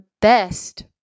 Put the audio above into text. best